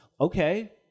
okay